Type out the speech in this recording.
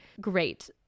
great